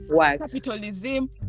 capitalism